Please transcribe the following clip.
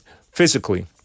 physically